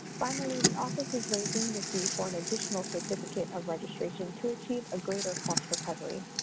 finally, the office is raising the fee for an additional certificate of registration to achieve a greater cost recovery.